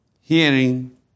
Hearing